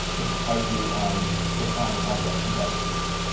this is how you define objects in javascript.